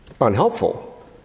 unhelpful